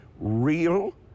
real